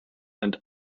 and